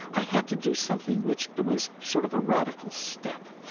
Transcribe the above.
i had to do something which it was sort of a radical step,